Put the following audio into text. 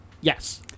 Yes